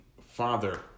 father